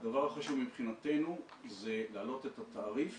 הדבר החשוב מבחינתנו זה להעלות את התעריף